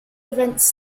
events